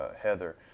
Heather